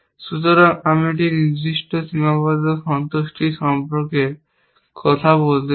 সুতরাং আমি একটি নির্দিষ্ট সীমাবদ্ধ সন্তুষ্টি সমস্যা সম্পর্কে কথা বলতে চাই